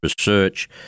Research